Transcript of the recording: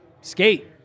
skate